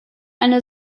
eine